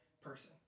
person